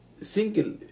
single